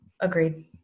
agreed